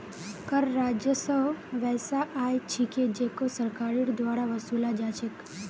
कर राजस्व वैसा आय छिके जेको सरकारेर द्वारा वसूला जा छेक